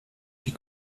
die